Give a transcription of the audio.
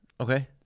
Okay